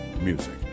music